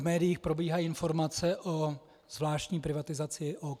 V médiích probíhají informace o zvláštní privatizaci OKD.